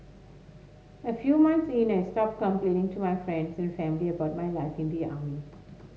a few months in I stopped complaining to my friends and family about my life in the army